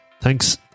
thanks